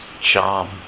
charm